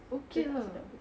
dia tak sedap ke tak